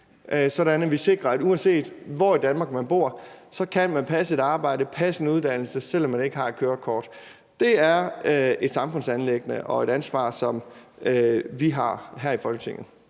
sådan at vi sikrer, at man, uanset hvor i Danmark man bor, kan passe et arbejde, passe en uddannelse, selv om man ikke har et kørekort. Det er et samfundsanliggende og et ansvar, som vi har her i Folketinget.